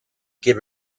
give